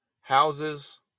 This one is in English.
houses